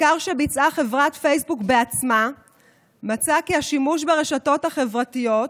מחקר שביצעה חברת פייסבוק בעצמה מצא כי השימוש ברשתות החברתיות,